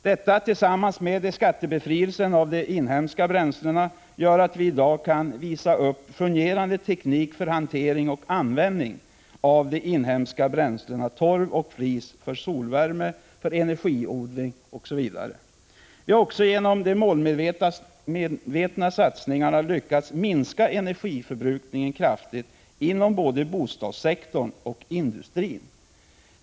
Dessa tillsammans med skattebefrielsen av de inhemska bränslena gör att vi i dag kan visa upp fungerande teknik för hantering och användning av de inhemska bränslena torv och flis, för solvärme, för energiodling, etc. Vi har genom de målmedvetna satsningarna också lyckats minska energiförbrukningen kraftigt inom både bostadssektorn och industrin.